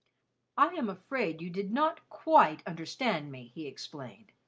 i am afraid you did not quite understand me, he explained.